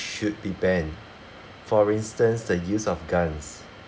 should be banned for instance the use of guns